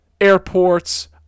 airports